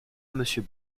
monsieur